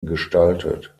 gestaltet